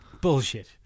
bullshit